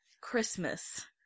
Christmas